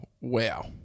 wow